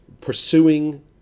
pursuing